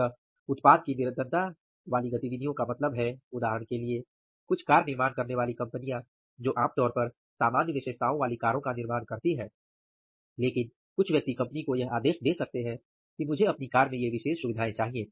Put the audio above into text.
इसलिए उत्पाद कायम रखने वाली गतिविधियों का मतलब है उदाहरण के लिए कुछ कार निर्माण करने वाली कंपनियां जो आमतौर पर सामान्य विशेषताओं वाली कारों का निर्माण करती हैं लेकिन कुछ व्यक्ति कंपनी को यह आदेश दे सकते हैं कि मुझे अपनी कार में ये विशेष सुविधाएँ चाहिए